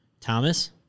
Thomas